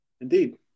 indeed